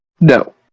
No